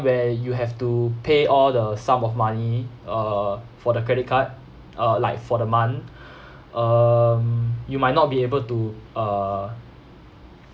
where you have to pay all the sum of money uh for the credit card uh like for the month um you might not be able to uh